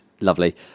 lovely